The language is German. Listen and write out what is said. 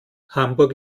hamburg